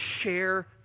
share